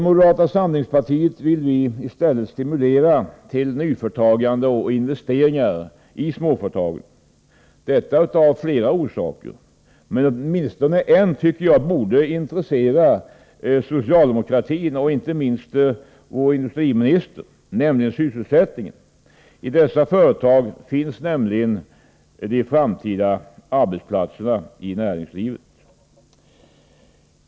Moderata samlingspartiet vill i stället stimulera nyföretagande och investeringar i småföretagen. Detta har flera orsaker. Åtminstone ett borde intressera socialdemokratin och inte minst vår industriminister, nämligen sysselsättningen. I dessa företag finns nämligen de framtida arbetsplatserna i näringslivet.